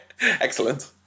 Excellent